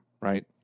right